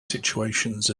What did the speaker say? situations